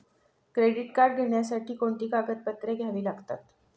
Credit card घेण्यासाठी कोणती कागदपत्रे घ्यावी लागतात?